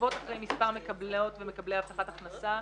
עוקבות אחרי מספר מקבלות ומקבלי הבטחת הכנסה.